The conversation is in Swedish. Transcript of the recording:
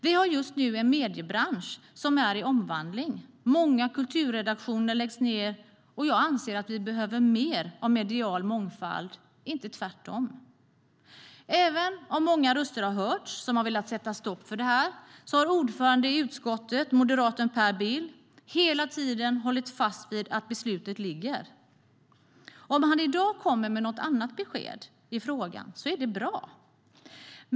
Vi har just nu en mediebransch som är i omvandling. Många kulturredaktioner läggs ned, och jag anser att vi behöver mer av medial mångfald, inte tvärtom. Även om många röster har hörts som har velat sätta stopp för detta har ordföranden i utskottet, moderaten Per Bill, hela tiden hållit fast vid att beslutet gäller. Om han i dag kommer med något annat besked i frågan är det bra.